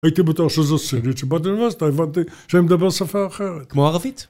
הייתי בטוח שזו סינית, שבאתי לאוניברסיטה הבנתי שאני מדבר שפה אחרת. כמו ערבית?